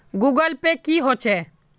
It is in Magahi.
गूगल पै की होचे?